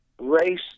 race